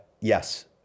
Yes